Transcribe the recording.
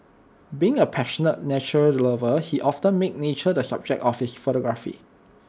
being A passionate nature lover he often made nature the subject of his photography